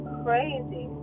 crazy